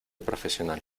profesional